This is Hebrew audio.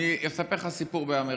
אני אספר לך סיפור מאמריקה.